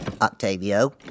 Octavio